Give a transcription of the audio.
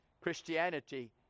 Christianity